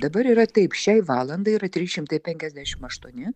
dabar yra taip šiai valandai yra trys šimtai penkiasdešimt aštuoni